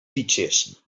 fitxers